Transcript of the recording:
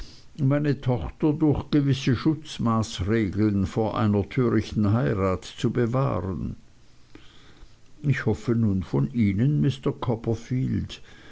meine tochter durch gewisse schutzmaßregeln vor einer törichten heirat zu bewahren ich hoffe nun von ihnen mr copperfield